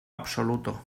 absoluto